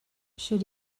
sut